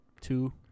two